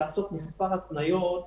צריך לעשות מספר התניות,